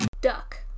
duck